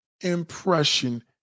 impression